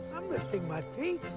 i'm lifting my feet.